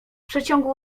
przeciągu